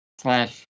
slash